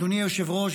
אדוני היושב-ראש,